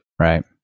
right